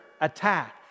attack